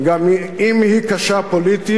גם אם היא קשה פוליטית,